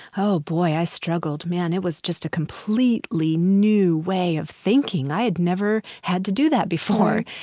oh, boy, i struggled. man, it was just a completely new way of thinking. i had never had to do that before.